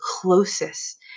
closest